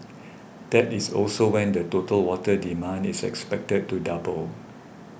that is also when the total water demand is expected to double